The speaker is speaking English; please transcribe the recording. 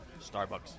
Starbucks